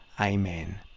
Amen